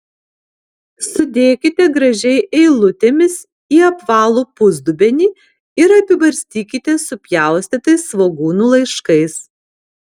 sudėkite gražiai eilutėmis į apvalų pusdubenį ir apibarstykite supjaustytais svogūnų laiškais